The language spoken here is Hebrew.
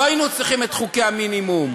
לא היינו צריכים את חוקי המינימום.